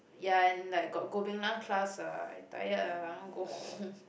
ya and like got Goh-Beng-Lang class ah I tired ah I want go home